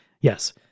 Yes